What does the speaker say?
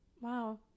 Wow